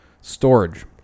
Storage